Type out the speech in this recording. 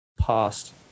past